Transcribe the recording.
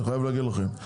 אני חייב להגיד לכם.